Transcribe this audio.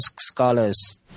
scholars